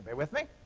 but with me?